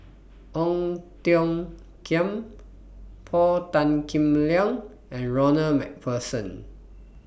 Ong Tiong Khiam Paul Tan Kim Liang and Ronald MacPherson